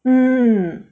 mm